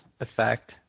effect